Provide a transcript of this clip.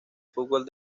fútbol